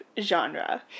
genre